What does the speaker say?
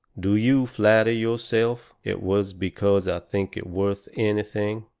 do you flatter yourself it was because i think it worth anything?